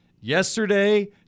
yesterday